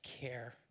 care